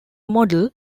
model